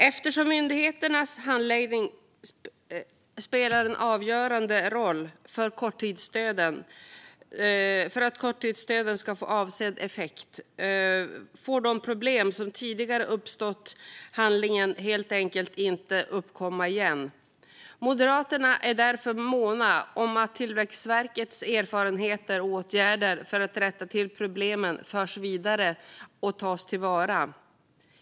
Eftersom myndigheternas handläggning spelar en avgörande roll för att korttidsstöden ska få avsedd effekt får de problem som tidigare uppstått i handläggningen helt enkelt inte uppkomma igen. Moderaterna är därför måna om att Tillväxtverkets erfarenheter och åtgärder för att rätta till problemen förs vidare och tas till vara.